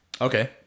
Okay